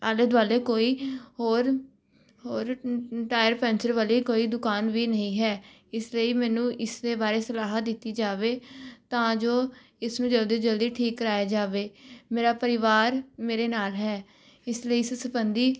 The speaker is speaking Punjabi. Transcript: ਆਲੇ ਦੁਆਲੇ ਕੋਈ ਹੋਰ ਹੋਰ ਟਾਇਰ ਪੈਂਚਰ ਵਾਲੀ ਕੋਈ ਦੁਕਾਨ ਵੀ ਨਹੀਂ ਹੈ ਇਸ ਲਈ ਮੈਨੂੰ ਇਸ ਦੇ ਬਾਰੇ ਸਲਾਹ ਦਿੱਤੀ ਜਾਵੇ ਤਾਂ ਜੋ ਇਸ ਨੂੰ ਜਲਦੀ ਤੋਂ ਜਲਦੀ ਠੀਕ ਕਰਵਾਇਆ ਜਾਵੇ ਮੇਰਾ ਪਰਿਵਾਰ ਮੇਰੇ ਨਾਲ ਹੈ ਇਸ ਲਈ ਇਸ ਸੰਬੰਧੀ